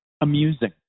amusing